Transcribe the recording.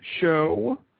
show